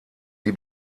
die